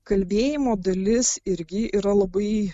kalbėjimo dalis irgi yra labai